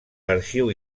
l’arxiu